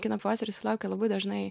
kino pavasaris sulaukia labai dažnai